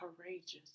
courageous